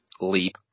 leap